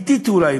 בדרך אטית אולי,